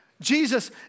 Jesus